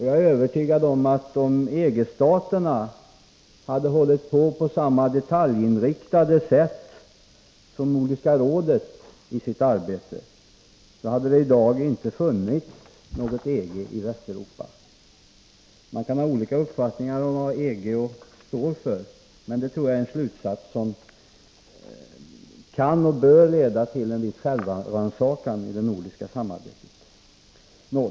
Jag är övertygad om att om EG-staterna varit lika detaljinriktade i sitt arbete som Nordiska rådet är, hade det i dag inte funnits något EG i Västeuropa. Man kan ha olika uppfattningar om vad EG står för, men jag tror att det är en slutsats som kan och böra leda till en viss självrannsakan i det nordiska samarbetet.